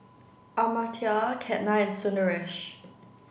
Amartya Ketna and Sundaresh